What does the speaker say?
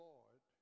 Lord